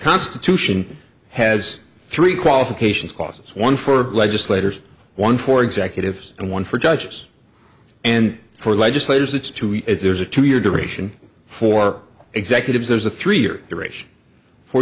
constitution has three qualifications costs one for legislators one for executives and one for judges and for legislators it's to you if there's a two year duration for executives there's a three year